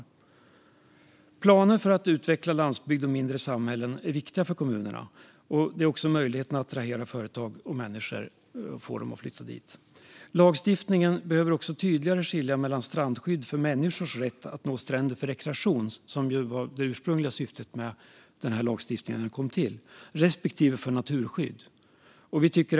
Planer för att utveckla landsbygd och mindre samhällen är viktiga för kommunerna, liksom möjligheten att attrahera företag och människor så att de vill flytta dit. Lagstiftningen behöver också tydligare skilja mellan strandskydd för människors rätt att nå stränder för rekreation, vilket var lagstiftningens ursprungliga syfte, respektive för naturskydd.